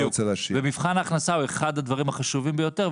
מבחן ההכנסה הוא אחד הדברים החשובים ביותר,